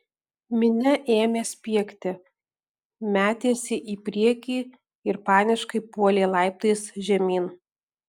minia ėmė spiegti metėsi į priekį ir paniškai puolė laiptais žemyn